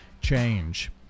change